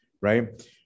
Right